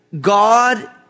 God